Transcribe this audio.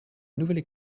nouvelle